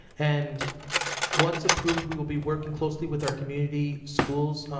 and once approved we will be working closely with our community, schools,